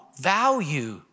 value